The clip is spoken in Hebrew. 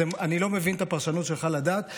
אני לא מבין את הפרשנות שלך לדת,